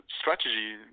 strategy